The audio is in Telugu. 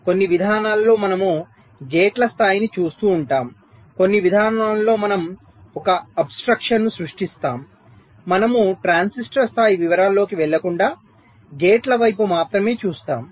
కొన్ని విధానాలలో మనము గేట్ల స్థాయిని చూస్తూ ఉంటాము కొన్ని విధానాలలో మనం ఒక అబ్స్ట్రక్షన్ ను సృష్టిస్తాము మనము ట్రాన్సిస్టర్ స్థాయి వివరాల్లోకి వెళ్లకుండా గేట్ల వైపు మాత్రమే చూస్తాము